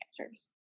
answers